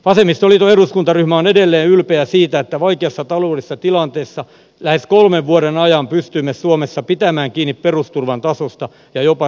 vasemmistoliiton eduskuntaryhmä on edelleen ylpeä sitä että vaikeassa taloudellisessa tilanteessa lähes kolmen vuoden ajan pystyimme suomessa pitämään kiinni perusturvan tasosta ja jopa sitä oleellisesti parantamaan